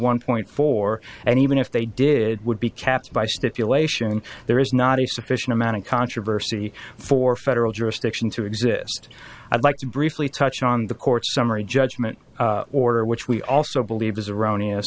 one point four and even if they did would be capped by stipulation and there is not a sufficient amount of controversy for federal jurisdiction to exist i'd like to briefly touch on the court's summary judgment order which we also believe is erroneous